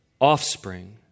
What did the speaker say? offspring